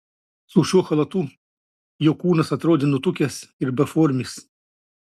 su šiuo chalatu jo kūnas atrodė nutukęs ir beformis